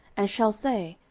and shall say,